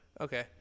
Okay